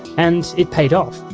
and it paid off.